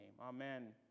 Amen